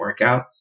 workouts